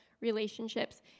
relationships